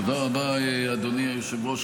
תודה רבה, אדוני היושב-ראש.